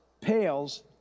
pales